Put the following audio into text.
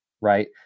right